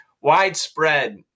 widespread